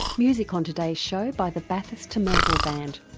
music on today's show by the bathurst to melville band.